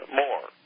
more